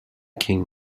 king